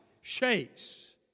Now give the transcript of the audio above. shakes